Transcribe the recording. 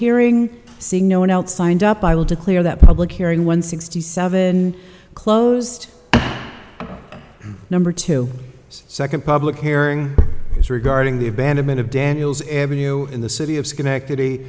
hearing seeing no one else signed up i will declare that public hearing when sixty seven closed number two second public hearing is regarding the abandonment of daniel's every new in the city of schenectady